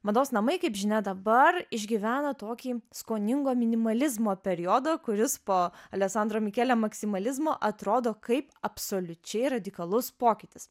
mados namai kaip žinia dabar išgyvena tokį skoningo minimalizmo periodą kuris po alesandro mikelio maksimalizmo atrodo kaip absoliučiai radikalus pokytis